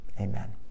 Amen